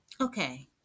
Okay